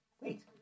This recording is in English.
Wait